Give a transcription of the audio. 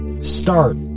start